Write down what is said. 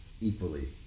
equally